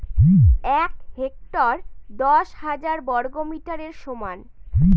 এক হেক্টর দশ হাজার বর্গমিটারের সমান